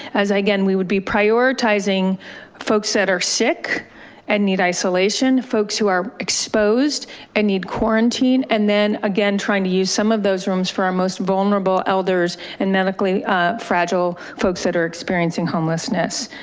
as again, we would be prioritizing folks that are sick and need isolation, folks who are exposed and need quarantine and then again, trying to use some of those rooms for our most vulnerable elders and medically fragile folks that are experiencing homelessness.